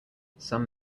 some